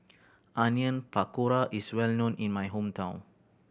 Onion Pakora is well known in my hometown